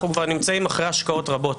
אנחנו נמצאים כבר אחרי השקעות רבות,